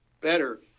better